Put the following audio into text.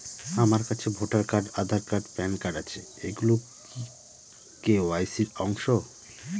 আমার কাছে voter card Aadhaar card PAN card আছে এগুলো কি কে.ওয়াই.সি র অংশ?